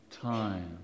time